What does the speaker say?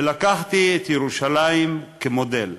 ולקחתי את ירושלים כמודל,